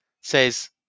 says